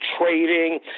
trading